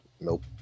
Nope